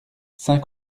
saint